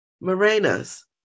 Morena's